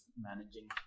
managing